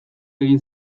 egin